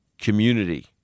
community